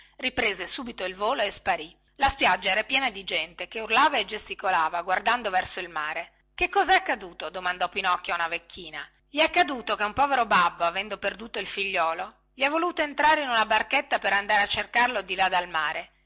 riprese subito il volo e sparì la spiaggia era piena di gente che urlava e gesticolava guardando il mare che cosè accaduto domandò pinocchio a una vecchina gli è accaduto che un povero babbo avendo perduto il figliolo gli è voluto entrare in una barchetta per andare a cercarlo di là dal mare